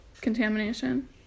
contamination